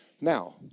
Now